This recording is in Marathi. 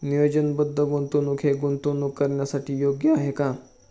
नियोजनबद्ध गुंतवणूक हे गुंतवणूक करण्यासाठी योग्य आहे का?